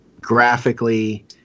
Graphically